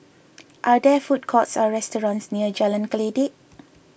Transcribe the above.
are there food courts or restaurants near Jalan Kledek